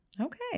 Okay